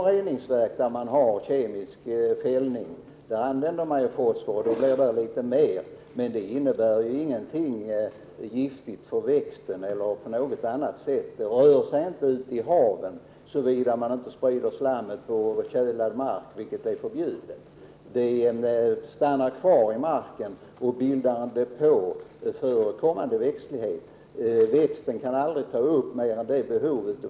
I reningsverk med kemisk fällning används fosfor, men den är inte giftig för växterna. Den går inte ut i havet såvida man inte sprider slammet på tjälad mark, vilket är förbjudet. Fosforn stannar kvar i marken och bildar en depå för kommande växtlighet. Växterna kan aldrig ta emot mer fosfor än de har behov av.